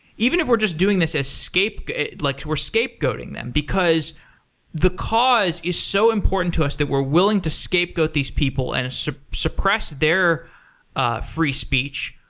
even if we're just doing this as scape like we're scapegoating them, because the cause is so important to us that we're willing to scapegoat these people and so suppress their ah free speech,